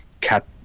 cat